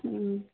ꯎꯝ